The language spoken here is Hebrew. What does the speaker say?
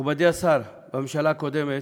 מכובדי השר, בממשלה הקודמת,